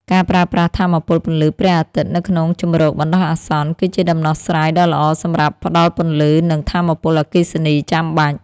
ការប្រើប្រាស់ថាមពលពន្លឺព្រះអាទិត្យនៅក្នុងជម្រកបណ្តោះអាសន្ន គឺជាដំណោះស្រាយដ៏ល្អសម្រាប់ផ្តល់ពន្លឺ និងថាមពលអគ្គិសនីចាំបាច់។